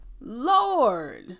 Lord